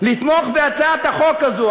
לתמוך בהצעת החוק הזאת.